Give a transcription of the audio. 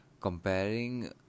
comparing